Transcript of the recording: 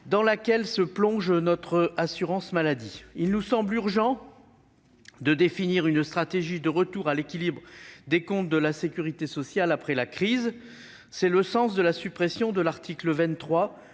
dans laquelle est plongée notre assurance maladie. Il nous semble urgent de définir une stratégie de retour à l'équilibre des comptes de la sécurité sociale après la crise. C'est le sens du vote de suppression de l'article 23